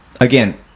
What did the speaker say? again